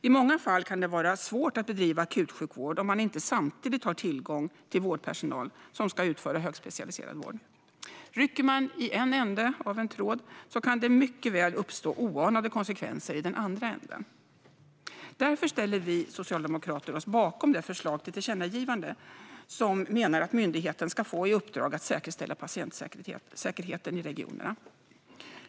I många fall kan det vara svårt att bedriva akutsjukvård om man inte samtidigt har tillgång till vårdpersonal som ska utföra högspecialiserad vård. Rycker man i ena änden av en tråd kan det mycket väl uppstå oanade konsekvenser i den andra änden. Därför ställer vi socialdemokrater oss bakom det förslag till tillkännagivande som menar att myndigheten bör få i uppdrag att säkerställa patientsäkerheten i regionerna.